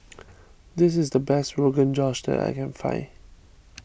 this is the best Rogan Josh that I can find